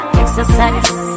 exercise